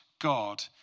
God